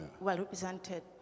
well-represented